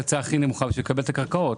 ההצעה הכי נמוכה בשביל לקבל את הקרקעות,